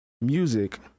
music